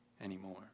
anymore